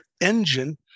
engine